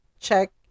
Check